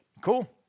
Cool